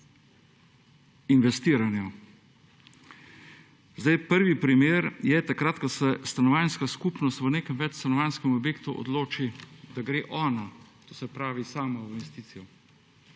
investiranja. Zdaj prvi primer je takrat, ko se stanovanjska skupnost v nekem večstanovanjskem objektu odloči, da gre ona, to se pravi sama v investicijo.